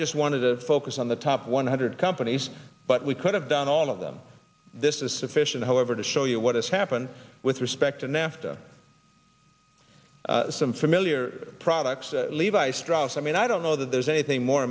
just want to focus on the top one hundred companies but we could have done all of them this is sufficient however to show you what has happened with respect to nafta some familiar products levi strauss i mean i don't know that there's anything more